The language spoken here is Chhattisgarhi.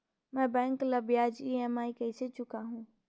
मैं बैंक ला ब्याज ई.एम.आई कइसे चुकाहू?